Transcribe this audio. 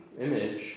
image